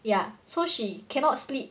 ya so she cannot sleep